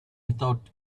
without